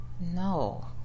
No